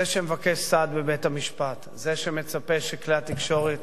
זה שמבקש סעד בבית-המשפט, זה שמצפה שכלי התקשורת